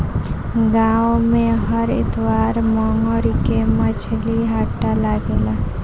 गाँव में हर इतवार मंगर के मछली हट्टा लागेला